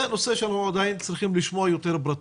זה הנושא שאנחנו צריכים לשמוע עליו יותר פרטים.